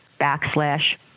backslash